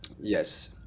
Yes